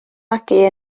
magu